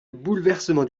bouleversement